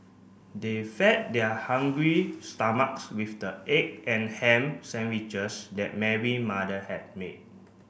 they fed their hungry stomachs with the egg and ham sandwiches that Mary mother had made